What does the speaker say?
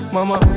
Mama